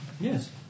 Yes